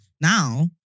Now